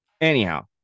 Anyhow